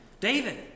David